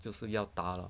就是要打了